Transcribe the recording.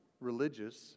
religious